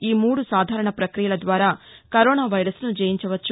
ఈ మూడు సాధారణ పక్రియల ద్వారా కరోనా వైరస్ను జయించవచ్చు